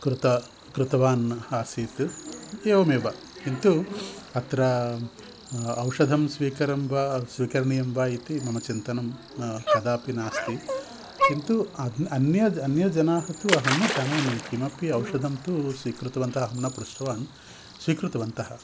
कृतं कृतवान् आसीत् एवमेव किन्तु अत्र औषधं स्वीकारः वा स्वीकरणीयं वा इति मम चिन्तनं न कदापि नास्ति किन्तु अन् अन्ये अन्यजनान् तु अहं न जानामि किमपि औषधं तु स्वीकृतवन्तः अहं न पृष्टवान् स्वीकृतवन्तः